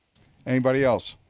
anybody else?